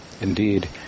Indeed